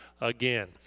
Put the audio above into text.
again